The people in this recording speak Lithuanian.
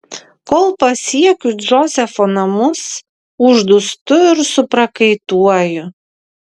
kol pasiekiu džozefo namus uždūstu ir suprakaituoju